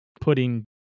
putting